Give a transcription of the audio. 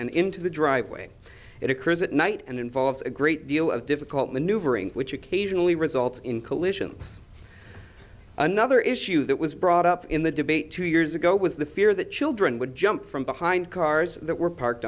and into the driveway it occurs at night and involves a great deal of difficult maneuvering which occasionally results in collisions another issue that was brought up in the debate two years ago was the fear that children would jump from behind cars that were parked